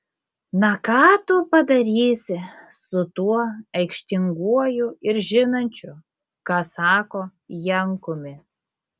na ką tu padarysi su tuo aikštinguoju ir žinančiu ką sako jankumi